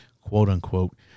quote-unquote